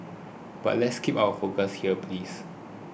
but let's keep our focus here please